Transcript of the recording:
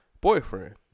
Boyfriend